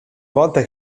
volta